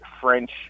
French